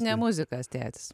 ne muzikas tėtis